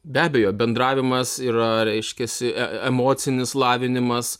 be abejo bendravimas yra reiškiasi emocinis lavinimas